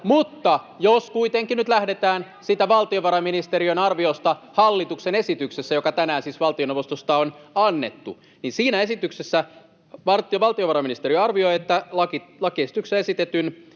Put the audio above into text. Mutta jos kuitenkin nyt lähdetään siitä valtiovarainministeriön arviosta hallituksen esityksessä, joka tänään siis valtioneuvostosta on annettu, niin siinä esityksessä valtiovarainministeriö arvioi, että lakiesityksessä esitetyn